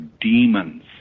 demons